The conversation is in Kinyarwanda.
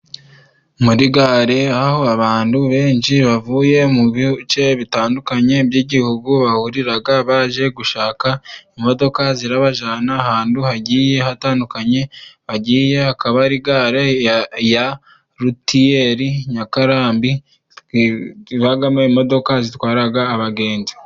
Muri gare aho abantu benshi bavuye mu bice bitandukanye by'igihugu bahurira baje gushaka imodoka zibajyana ahantu hagiye hatandukanye bagiye, akaba ari gare ya rutiyeri nyakararambi ibamo imodoka zitwaraga abagenzi.